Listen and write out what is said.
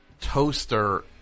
toaster